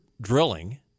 drilling